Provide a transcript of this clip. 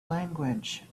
language